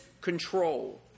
control